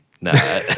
No